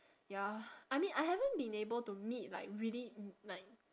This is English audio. ya I mean I haven't been able to meet like really m~ like